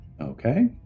Okay